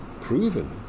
proven